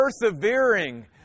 persevering